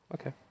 Okay